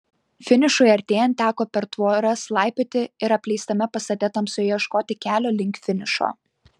finišui artėjant teko per tvoras laipioti ir apleistame pastate tamsoje ieškoti kelio link finišo